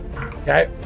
Okay